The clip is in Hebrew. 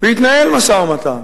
והתנהל משא-ומתן